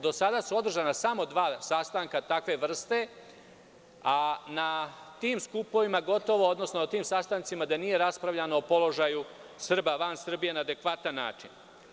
Do sada su održana samo dva sastanka takve vrste, a na tim sastancima gotovo da nije raspravljano o položaju Srba van Srbije na adekvatan način.